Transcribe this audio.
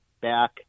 back